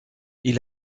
ils